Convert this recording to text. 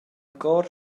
chor